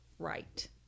Right